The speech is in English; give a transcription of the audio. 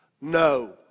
no